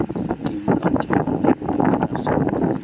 ATM card ছাড়া অনলাইনে টাকা টান্সফার করতে পারি?